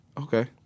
Okay